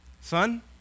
son